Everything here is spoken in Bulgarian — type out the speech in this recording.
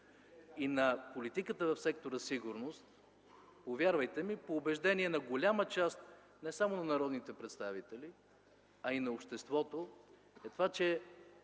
и на политиката в сектор „Сигурност”, повярвайте ми, по убеждение на голяма част не само от народните представители, а и от обществото, е това, че